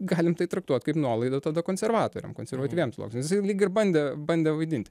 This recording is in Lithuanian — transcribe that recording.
galim tai traktuot kaip nuolaidą tada konservatoriam konservatyviem sluoksniam jisai lyg ir bandė bandė vaidint